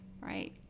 right